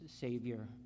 Savior